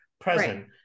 present